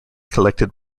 collected